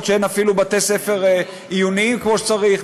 אין אפילו בתי ספר עיוניים כמו שצריך,